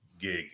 gig